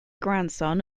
grandson